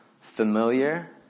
familiar